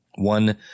one